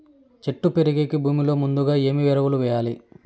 చెట్టు పెరిగేకి భూమిలో ముందుగా ఏమి ఎరువులు వేయాలి?